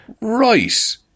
Right